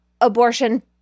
abortion